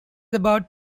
about